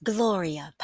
Gloria